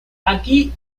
aquí